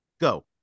Go